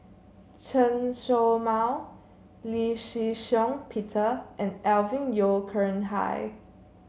Chen Show Mao Lee Shih Shiong Peter and Alvin Yeo Khirn Hai